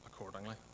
accordingly